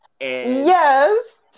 Yes